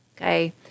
Okay